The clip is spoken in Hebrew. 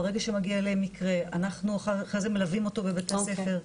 ברגע שמגיע אליהם מקרה אנחנו אחרי זה מלווים אותו בבית הספר,